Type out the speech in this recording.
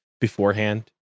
beforehand